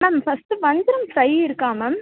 ma'am first வஞ்சரம் fry இருக்கா ma'am